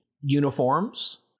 uniforms